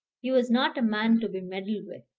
he was not a man to be meddled with.